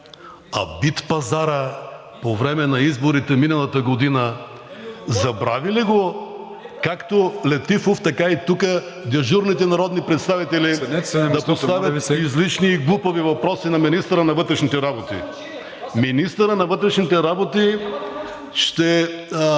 А битпазарът по време на изборите миналата година, забрави ли го както Летифов, така и тук дежурните народни представители да поставят излишни и глупави въпроси на министъра на вътрешните работи? (Реплика от народния представител